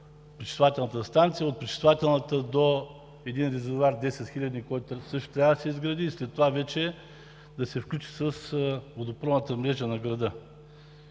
до пречиствателната станция, от пречиствателната до един резервоар 10 хиляди, който също трябва да се изгради, и след това вече да се включи с водопроводната мрежа на града.